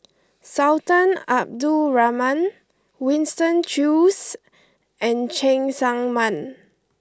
Sultan Abdul Rahman Winston Choos and Cheng Tsang Man